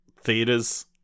theaters